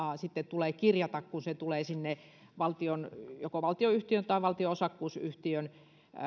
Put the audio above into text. tulee kirjata kun se tulee joko valtionyhtiön tai valtion osakkuusyhtiön